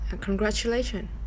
Congratulations